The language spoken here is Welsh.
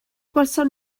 gwelsom